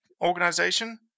Organization